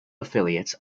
affiliate